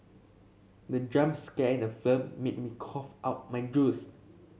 the jump scare in the film made cough out my juice